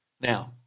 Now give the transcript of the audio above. Now